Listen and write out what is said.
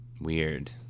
Weird